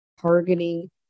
targeting